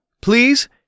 please